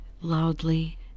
loudly